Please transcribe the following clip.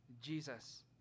Jesus